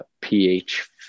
pH